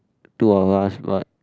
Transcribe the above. two of us god